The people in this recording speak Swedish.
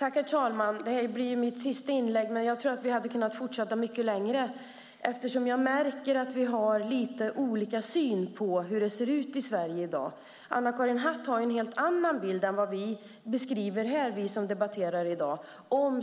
Herr talman! Detta är mitt sista inlägg, men jag tror att vi hade kunnat fortsätta mycket längre eftersom jag märker att vi har lite olika syn på hur det ser ut i Sverige i dag. Anna-Karin Hatt har en helt annan bild än vad vi andra som debatterar här i dag har